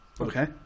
Okay